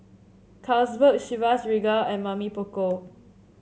Carlsberg Chivas Regal and Mamy Poko